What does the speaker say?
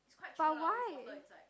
but why